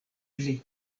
pli